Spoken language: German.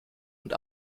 und